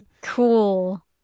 Cool